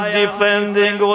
defending